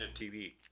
TV